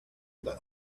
the